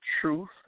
truth